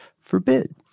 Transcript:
forbid